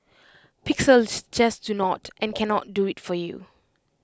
pixels just do not and cannot do IT for you